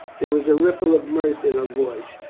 there was a ripple of mirth in her voice.